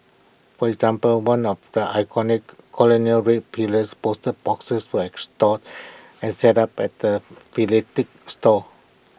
for example one of the iconic colonial red pillars post boxes was and set up at the store